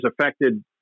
affected